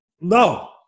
no